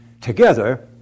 Together